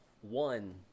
One